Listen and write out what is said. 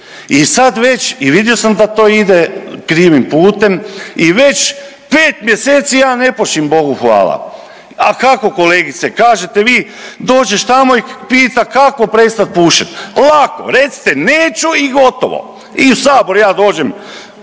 I sad već, i vidio sam da to ide krivim putem i već 5 mjeseci ja ne pušim, Bogu hvala, a kako kolegice? Kažete vi, dođeš tamo i pita kako prestati pušit, lako, recite, neću i gotovo i u Sabor ja dođem,